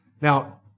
Now